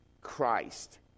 Christ